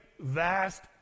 vast